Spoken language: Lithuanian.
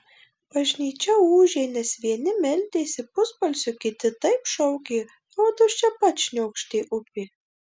bažnyčia ūžė nes vieni meldėsi pusbalsiu kiti taip šaukė rodos čia pat šniokštė upė